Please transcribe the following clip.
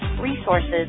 resources